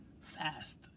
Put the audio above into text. fast